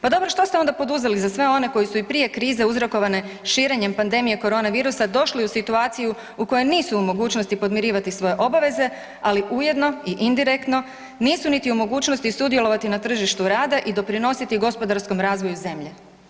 Pa dobro, što ste onda poduzeli za sve one koji su i prije krize uzrokovane širenjem pandemije korona virusa, došli u situaciju u kojoj nisu u mogućnosti podmirivati svoje obaveze ali ujedno i indirektno nisu niti u mogućnosti sudjelovati na tržištu rada i doprinositi gospodarskom razvoju zemlje?